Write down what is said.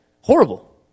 Horrible